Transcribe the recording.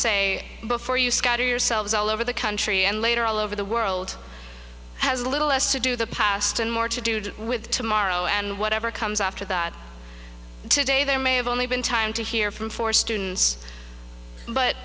say before you scatter yourselves all over the country and later all over the world has a little less to do the past and more to do with tomorrow and whatever comes after that today there may have only been time to hear from for students but